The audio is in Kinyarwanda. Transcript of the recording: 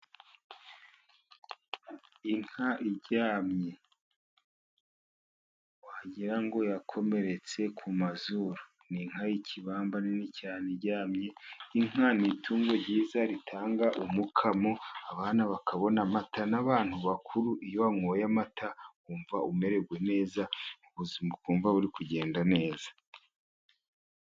Inka iryamye, wagira ngo yakomeretse ku mazuru. Ni inka y'ikibamba nini cyane iryamye, inka ni itungo ryiza ritanga umukamo, abana bakabona amata, n'abantu bakuru iyo wanyoye amata wumva umerewe neza, ubuzima ukumva buri kugenda neza.